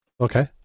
Okay